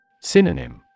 Synonym